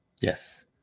Yes